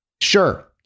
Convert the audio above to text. Sure